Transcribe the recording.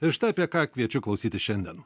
ir štai apie ką kviečiu klausytis šiandien